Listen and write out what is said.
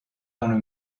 dans